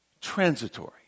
transitory